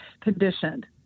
conditioned